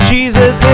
Jesus